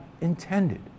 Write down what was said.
intended